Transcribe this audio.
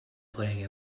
playing